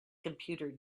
computer